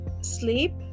sleep